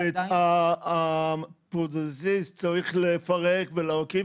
ועדיין ----- והפרוטזיסט צריך לפרק ולהרכיב